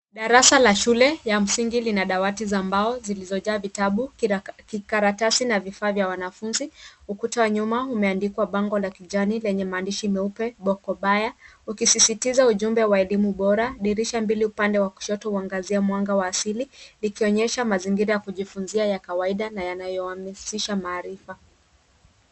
Darasa la shule ya msingi lina dawati za mbao zilizojaa vitabu, kikaratasi na vifaa vya wanafunzi. Ukuta wa nyuma umeandikwa bango la kijani lenye maandishi meupe, boko baya, ukisisitiza ujumbe wa elimu bora. Dirisha mbili upande wa kushoto huangazia mwanga wa asili, likionyesha mazingira ya kujifunzia ya kawaida na yanayohusisha maarifa.